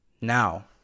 Now